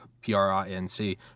P-R-I-N-C